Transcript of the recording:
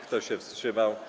Kto się wstrzymał?